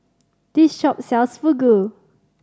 this shop sells Fugu